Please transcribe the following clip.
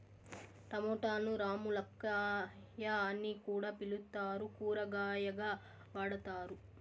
టమోటాను రామ్ములక్కాయ అని కూడా పిలుత్తారు, కూరగాయగా వాడతారు